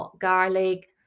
garlic